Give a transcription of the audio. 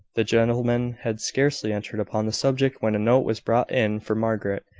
the gentlemen had scarcely entered upon the subject when a note was brought in for margaret.